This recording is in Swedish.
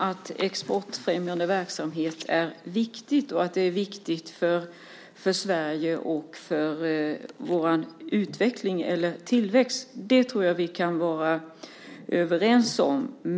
Att exportfrämjande verksamhet är viktigt och att det är viktigt för Sverige och för vår tillväxt tror jag att vi kan vara överens om.